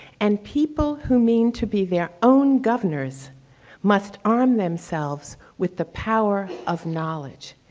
and people who mean to be their own governors must arm themselves with the power of knowledge.